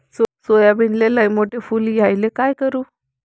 सोयाबीनले लयमोठे फुल यायले काय करू?